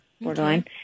Borderline